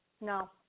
No